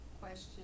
question